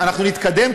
אנחנו נתקדם,